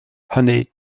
hynny